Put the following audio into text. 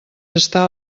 està